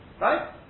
Right